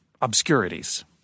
obscurities